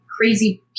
crazy